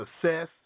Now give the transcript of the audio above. success